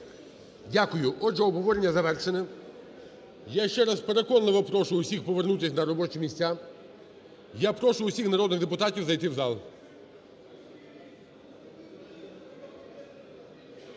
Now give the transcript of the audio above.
Дякую. Отже, обговорення завершене. Я ще раз переконливо прошу всіх повернутися на робочі місця, я прошу всіх народних депутатів зайти в зал.